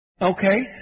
Okay